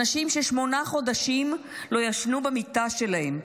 אנשים ששמונה חודשים לא ישנו במיטה שלהם,